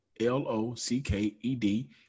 L-O-C-K-E-D